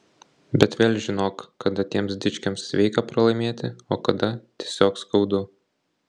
bet vėl žinok kada tiems dičkiams sveika pralaimėti o kada tiesiog skaudu